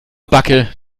backe